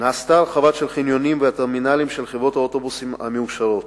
נעשתה הרחבה של החניונים והטרמינלים של חברות האוטובוסים המאושרות,